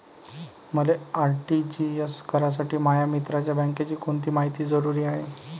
मले आर.टी.जी.एस करासाठी माया मित्राच्या बँकेची कोनची मायती जरुरी हाय?